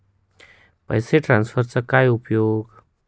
पैसे ट्रान्सफरचा काय उपयोग?